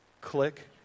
click